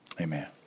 Amen